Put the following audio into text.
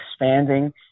expanding